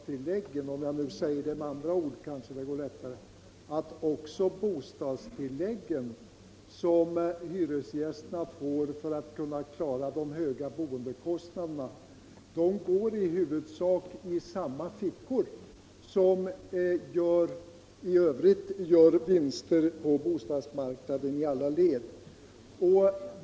Jag sade att jag förstår moderaterna mot bakgrunden av att också bostadstilläggen, som hyresgästerna får för att kunna klara de höga boendekostnaderna, i huvudsak hamnar i samma fickor som övriga vinster på bostadsmarknaden i alla led.